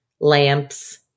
lamps